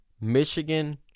Michigan